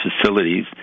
facilities